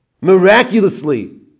Miraculously